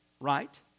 right